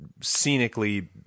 scenically